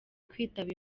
kwitaba